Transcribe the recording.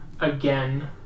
again